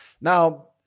Now